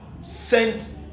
sent